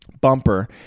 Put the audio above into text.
bumper